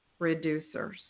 reducers